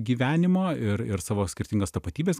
gyvenimo ir ir savo skirtingas tapatybes